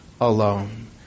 alone